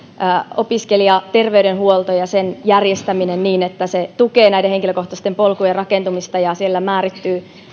opiskelijaterveydenhuolto ja sen järjestäminen niin että se tukee näiden henkilökohtaisten polkujen rakentumista ja siellä määrittyy